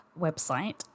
website